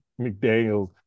McDaniel